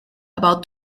about